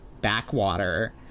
backwater